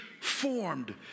formed